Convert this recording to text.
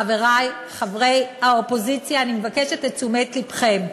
חברי חברי האופוזיציה, אני מבקשת את תשומת לבכם,